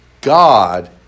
God